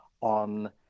on